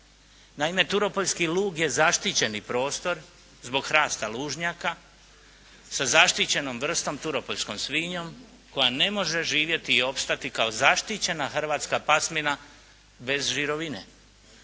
Naime, Turopoljski lug je zaštićeni prostor zbog hrasta lužnjaka sa zaštićenom vrstom turopoljskom svinjom koja ne može živjeti i opstati kao zaštićena hrvatska pasmina bez žirovine.